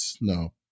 No